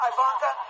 Ivanka